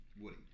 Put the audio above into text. Woody